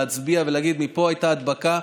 להצביע ולהגיד: פה הייתה הדבקה.